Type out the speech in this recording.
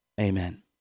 Amen